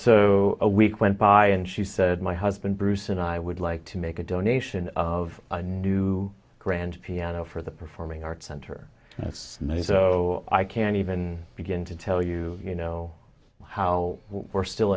so a week went by and she said my husband bruce and i would like to make a donation of a new grand piano for the performing arts center as you know so i can't even begin to tell you you know how we're still